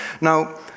Now